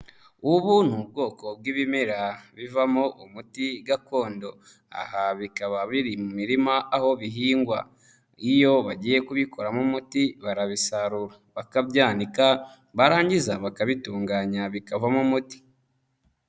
Ubu ni ubwoko bw'ibimera bivamo umuti gakondo, aha bikaba biri mu mirima aho bihingwa. Iyo bagiye kubikoramo umuti barabisarura, bakabyanika, barangiza bakabitunganya bikavamo umuti.